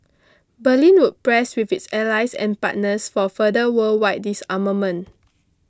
Berlin would press with its allies and partners for further worldwide disarmament